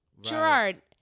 Gerard